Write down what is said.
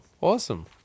awesome